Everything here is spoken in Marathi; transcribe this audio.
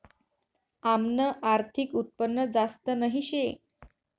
आमनं आर्थिक उत्पन्न जास्त नही शे